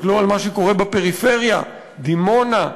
תסתכלו על מה שקורה בפריפריה: דימונה,